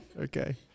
Okay